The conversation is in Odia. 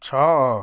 ଛଅ